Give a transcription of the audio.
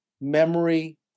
memory